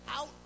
out